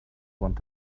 want